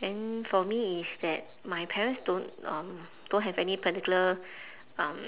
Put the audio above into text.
then for me it's that my parents don't um don't have any particular um